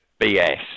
BS